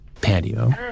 patio